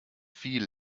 viel